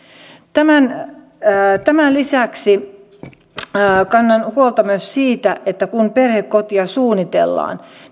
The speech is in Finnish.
tämän tämän lisäksi kannan huolta myös siitä että kun perhekotia suunnitellaan